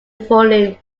volumes